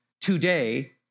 today